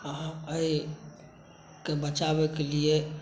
हम एहिके बचावैके लिए